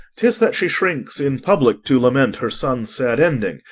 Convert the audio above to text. tis that she shrinks in public to lament her son's sad ending,